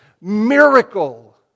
miracle